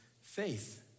faith